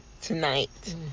tonight